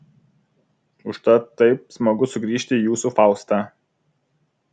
užtat taip smagu sugrįžti į jūsų faustą